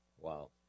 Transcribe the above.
Wow